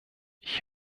ich